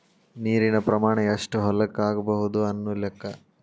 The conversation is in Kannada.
ನೇರಿನ ಪ್ರಮಾಣಾ ಎಷ್ಟ ಹೊಲಕ್ಕ ಆಗಬಹುದು ಅನ್ನು ಲೆಕ್ಕಾ